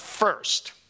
First